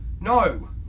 No